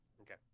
okay